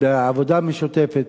בעבודה משותפת.